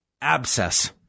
abscess